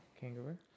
kangaroo